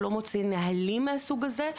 הוא לא מוציא נהלים מהסוג הזה,